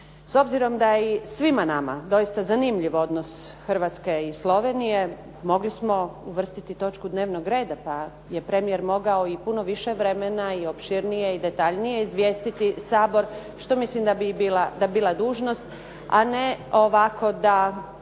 S obzirom da je i svima nama doista zanimljiv odnos Hrvatske i Slovenije mogli smo uvrstiti točku dnevnog reda pa je premijer mogao i puno više vremena i opširnije i detaljnije izvijestiti Sabor što mislim da bi i bila dužnost, a ne ovako da